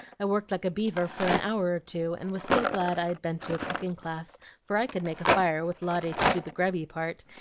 i worked like a beaver for an hour or two, and was so glad i'd been to a cooking-class for i could make a fire, with lotty to do the grubby part,